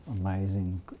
amazing